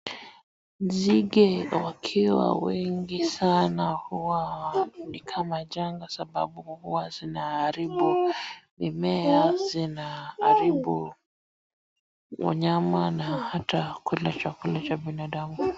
Nzige wakiwa wengi sana huwa ni kama janga sababu huwa zina haribu mimea, zina haribu wanyama na ata kula chakula cha binadamu.